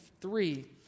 three